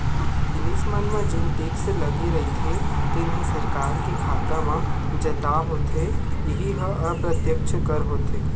जिनिस मन म जेन टेक्स लगे रहिथे तेन ह सरकार के खाता म जता होथे इहीं ह अप्रत्यक्छ कर होथे